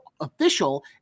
official